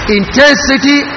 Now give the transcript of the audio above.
intensity